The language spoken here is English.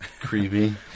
Creepy